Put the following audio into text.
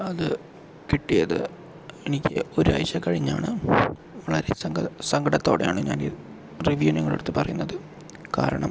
അത് കിട്ടിയത് എനിക്ക് ഒരാഴ്ച കഴിഞ്ഞാണ് വളരെ സങ്കടത്തോടെയാണ് റിവ്യൂ ഞാൻ നിങ്ങളടുത്ത് പറയുന്നത് കാരണം